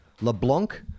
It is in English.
LeBlanc